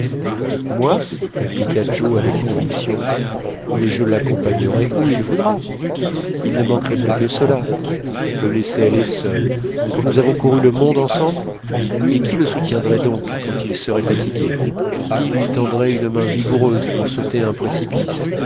moi répliqua joe avec conviction mais je l'accompagnerai où il voudra il ne manquerait plus que cela le laisser aller seul quand nous avons couru le monde ensemble et qui le soutiendrait donc quand il serait fatigué qui lui tendrait une main vigoureuse pour sauter un précipice